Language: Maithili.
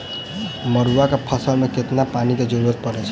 मड़ुआ केँ फसल मे कतेक पानि केँ जरूरत परै छैय?